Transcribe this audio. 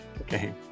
Okay